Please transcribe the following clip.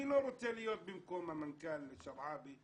אני לא רוצה להיות במקום המנכ"ל שרעבי,